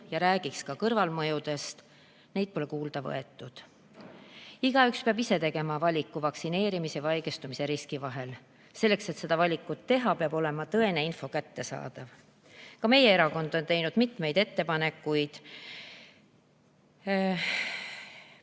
ja räägiks ka kõrvalmõjudest – neid pole kuulda võetud. Igaüks peab ise tegema valiku vaktsineerimise ja haigestumise riski vahel. Selleks, et seda valikut teha, peab olema tõene info kättesaadav. Ka meie erakond on teinud mitmeid ettepanekuid,